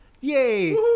Yay